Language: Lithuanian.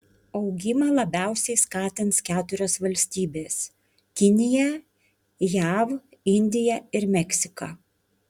augimą labiausiai skatins keturios valstybės kinija jav indija ir meksika